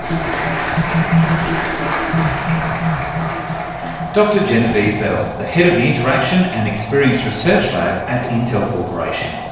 um dr genevieve bell, the head of the interaction and experience research lab at intel corporation.